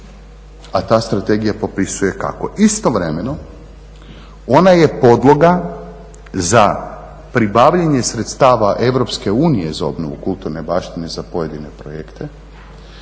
a ta strategija propisuje kako. Istovremeno ona je podloga za pribavljanje sredstava Europske unije za obnovu kulturne baštine za pojedine projekte